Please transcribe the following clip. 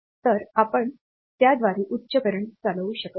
तर आपण त्याद्वारे उच्च करंट चालवू शकत नाही